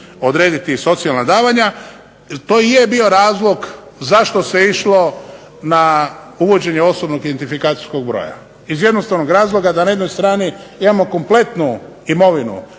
odrediti i socijalna davanja. Jer to i je bio razlog zašto se išlo na uvođenje osobnog identifikacijskog broja. Iz jednostavnog razloga da na jednoj strani imamo kompletnu imovinu